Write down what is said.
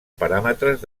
paràmetres